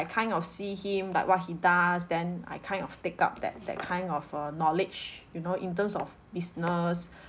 kind of see him like what he does then I kind of take up that that kind of uh knowledge you know in terms of business